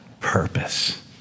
Purpose